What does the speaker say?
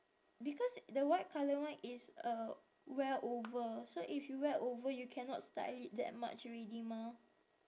because the white colour one is a wear over so if you wear over you cannot style it that much already mah